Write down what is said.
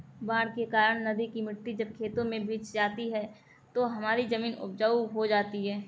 बाढ़ के कारण नदी की मिट्टी जब खेतों में बिछ जाती है तो हमारी जमीन उपजाऊ हो जाती है